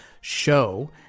show